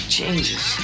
changes